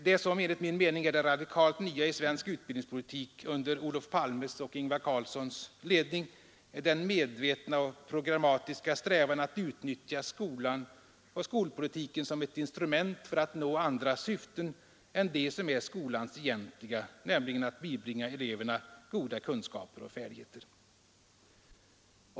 Det som enligt min mening är det radikalt nya i svensk utbildningspolitik under Olof Palmes och Ingvar Carlssons ledning är den medvetna och programmatiska strävan att utnyttja skolan och skolpolitiken som ett instrument för att nå andra syften än de som är skolans egentliga, nämligen att bibringa eleverna goda kunskaper och färdigheter.